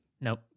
Nope